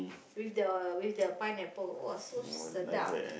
with the with the pineapple oh so sedap